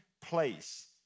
place